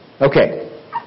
Okay